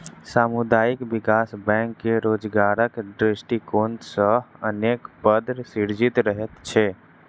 सामुदायिक विकास बैंक मे रोजगारक दृष्टिकोण सॅ अनेक पद सृजित रहैत छै